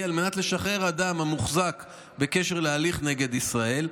על מנת לשחרר אדם המוחזק בקשר להליך נגד ישראל.